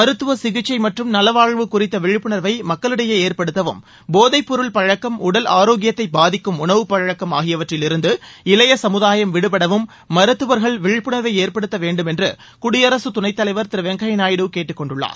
மருத்துவ சிகிச்சை மற்றும் நலவாழ்வு குறித்த விழிப்புணர்வை மக்களிடையே ஏற்படுத்தவும் போதைப்பொருள் பழக்கம் உடல் ஆரோக்கியத்தை பாதிக்கும் உணவு பழக்கம் ஆகியவற்றில் இருந்து இளைய சமுதாயம் விடுபடவும் மருத்துவர்கள் விழிப்புணர்வை ஏற்படுத்த வேண்டும் என்று குடியரசுத் துணைத் தலைவர் திரு வெங்கய்யா நாயுடு கேட்டுக் கொண்டுள்ளார்